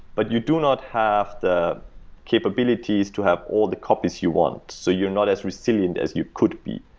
but you do not have the capabilities to have all the copies you want, so you're not as resilient as you could be.